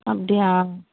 அப்படியா